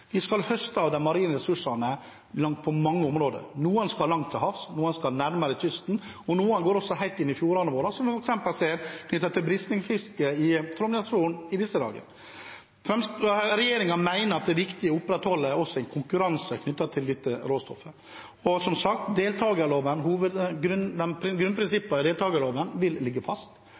Vi skal høste av de marine ressursene på mange områder. Noen skal langt til havs, noen skal nærmere kysten, og noen går helt inn i fjordene våre, noe vi f.eks. ser ved brislingfiske i Trondheimsfjorden i disse dager. Regjeringen mener det også er viktig å opprettholde en konkurranse knyttet til dette råstoffet. Grunnprinsippene i deltakerloven vil som sagt